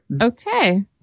Okay